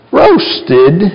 roasted